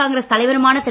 காங்கிரஸ் தலைவருமான திரு